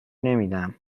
نمیدم